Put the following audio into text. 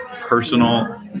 Personal